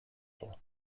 vor